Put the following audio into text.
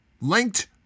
linked